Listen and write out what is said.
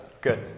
Good